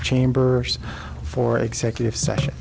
chamber for executive session